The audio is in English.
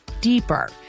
deeper